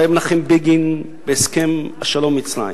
ראה מנחם בגין בהסכם השלום עם מצרים,